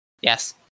Yes